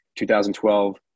2012